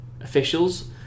officials